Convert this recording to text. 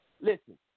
Listen